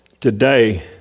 today